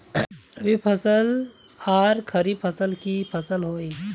रवि फसल आर खरीफ फसल की फसल होय?